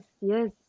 yes